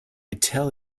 tell